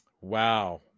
Wow